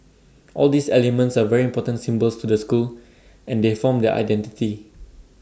all these elements are very important symbols to the school and they form their identity